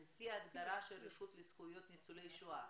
על פי ההגדרה של הרשות לזכויות ניצולי שואה,